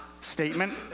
statement